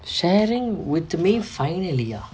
sharing with me finally ya